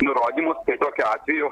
nurodymus tai tokiu atveju